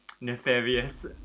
nefarious